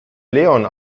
leon